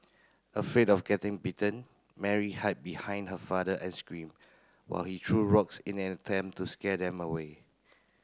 afraid of getting bitten Mary hide behind her father and screamed while he threw rocks in an attempt to scare them away